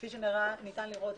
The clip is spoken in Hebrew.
כפי שניתן לראות,